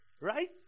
Right